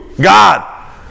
God